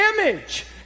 image